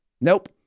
Nope